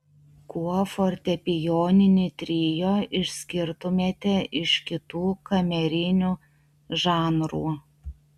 kuo fortepijoninį trio išskirtumėte iš kitų kamerinių žanrų